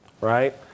right